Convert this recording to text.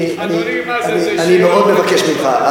אני מאוד מבקש ממך,